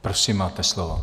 Prosím, máte slovo.